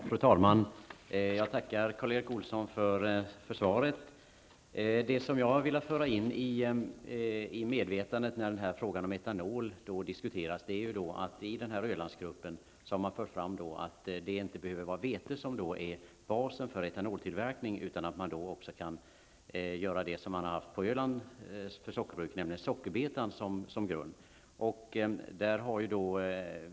Fru talman! Jag tackar Karl Erik Olsson för svaret. Det som jag har velat föra in i medvetandet när denna fråga om etanol diskuteras är att man i denna Ölandsgrupp har fört fram att det inte behöver vara vete som är basen för etanoltillverkning utan att man kan göra som på Öland, nämligen använda sockerbetan som grund.